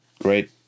Great